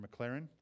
McLaren